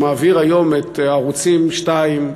שמעביר היום את ערוצים 2,